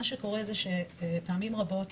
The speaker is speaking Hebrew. מה שקורה זה פעמים רבות